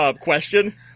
question